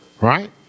right